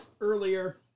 earlier